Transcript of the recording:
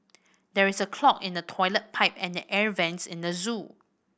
there is a clog in the toilet pipe and the air vents at the zoo